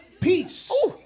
peace